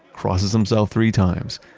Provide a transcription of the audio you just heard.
crosses himself three times,